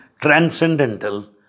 transcendental